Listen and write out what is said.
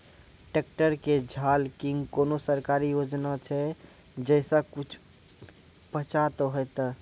Tractor के झाल किंग कोनो सरकारी योजना छ जैसा कुछ बचा तो है ते?